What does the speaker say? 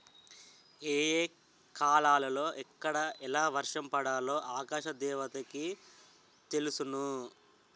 ఏ ఏ కాలాలలో ఎక్కడ ఎలా వర్షం పడాలో ఆకాశ దేవతకి తెలుసును